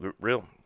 Real